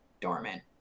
dormant